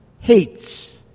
hates